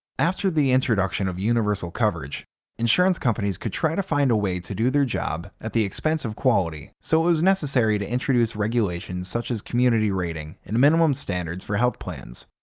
after the introduction of universal coverage insurance companies could try to find a way to do their job at the expense of quality, so it was necessary to introduce regulations such as community rating and minimum standards for health plans.